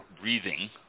breathing